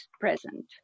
present